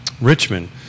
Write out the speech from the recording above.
Richmond